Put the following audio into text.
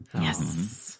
Yes